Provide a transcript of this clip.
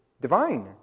divine